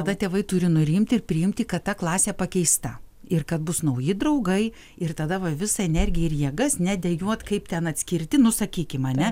tada tėvai turi nurimti ir priimti kad ta klasė pakeista ir kad bus nauji draugai ir tada va visą energiją ir jėgas ne dejuot kaip ten atskirti nu sakykim ane